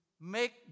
make